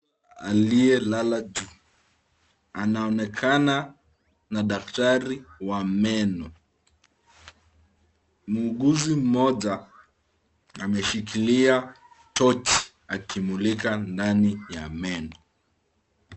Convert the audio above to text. Aliyelala juu, anaonekana na daktari wa meno. Muuguzi mmoja ameshikilia tochi, akimulika ndani ya meno.